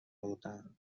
بودن